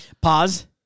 Pause